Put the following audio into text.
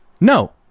No